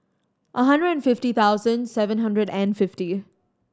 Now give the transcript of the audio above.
a hundred and fifty thousand seven hundred and fifty